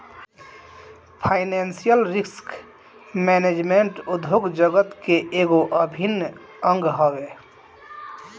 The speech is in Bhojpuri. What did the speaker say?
फाइनेंशियल रिस्क मैनेजमेंट उद्योग जगत के एगो अभिन्न अंग हवे